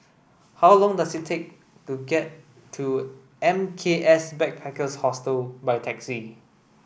how long does it take to get to M K S Backpackers Hostel by taxi